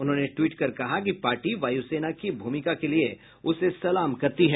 उन्होंने ट्वीट कर कहा कि पार्टी वायुसेना की भूमिका के लिए उसे सलाम करती है